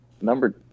number